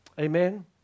Amen